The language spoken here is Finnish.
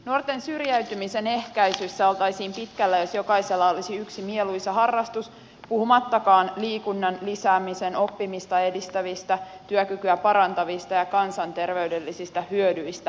nuorten syrjäytymisen ehkäisyssä oltaisiin pitkällä jos jokaisella olisi yksi mieluisa harrastus puhumattakaan liikunnan lisäämisen oppimista edistävistä työkykyä parantavista ja kansanterveydellisistä hyödyistä